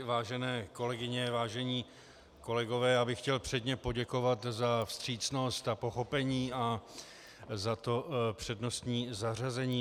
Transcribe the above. Vážené kolegyně, vážení kolegové, já bych chtěl předně poděkovat za vstřícnost a pochopení a za to přednostní zařazení.